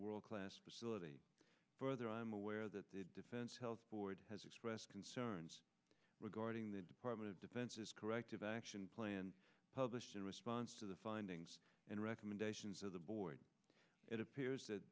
world class facility further i'm aware that the defense health board has expressed concerns regarding the department of defense's corrective action plan published in response to the findings and recommendations of the board it appears that